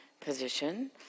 position